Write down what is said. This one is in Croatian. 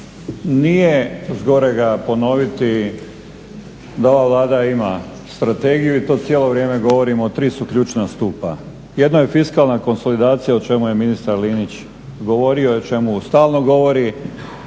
nije zgorega ponoviti da ova Vlada ima strategiju i to cijelo vrijeme govorimo tri su ključna stupa. Jedno je fiskalna konsolidacija o čemu je ministar Linić govorio i o čemu stalno govori.